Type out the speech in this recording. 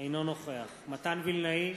אינו נוכח מתן וילנאי,